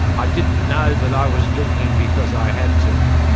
i didn't know that i was drinking because i had to.